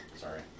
Sorry